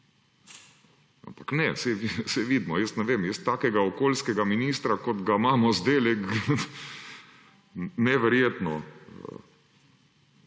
Ampak ne, saj vidimo. Ne vem, jaz takega okoljskega ministra, kot ga imamo zdajle … Neverjetno!